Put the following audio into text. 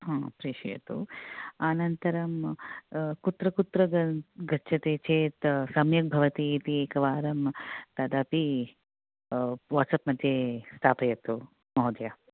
हा प्रेषयतु अनन्तरं कुत्र कुत्र गच्छति चेत् सम्यक् भवति इति एकवारं तदपि वाट्सप् मध्ये स्थापयतु महोदय